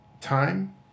time